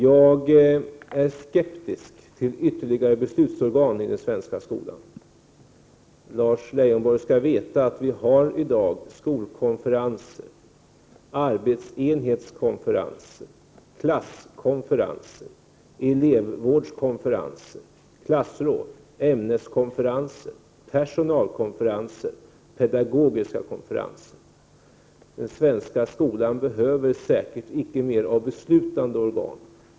Jag är skeptisk till fler beslutsorgan i den svenska skolan. Lars Leijonborg skall veta att vi i dag har skolkonferenser, arbetsenhetskonferenser, klasskonferenser, elevvårdskonferenser, klassråd, ämneskonferenser, personalkonferenser och pedagogiska konferenser. Den svenska skolan behöver säkert inte mer av beslutande organ.